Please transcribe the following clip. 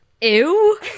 Ew